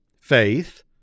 faith